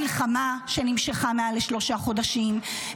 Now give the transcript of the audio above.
מלחמה שנמשכה מעל לשלושה חודשים,